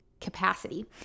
capacity